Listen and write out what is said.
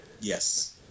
Yes